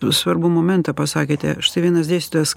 svarbų momentą pasakėte štai vienas dėstytojas